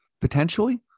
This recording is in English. potentially